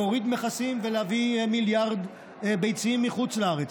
להוריד מכסים ולהביא מיליארד ביצים מחוץ לארץ.